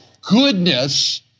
goodness